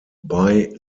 bei